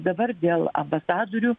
dabar dėl ambasadorių